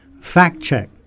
fact-check